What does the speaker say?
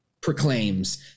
proclaims